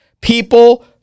People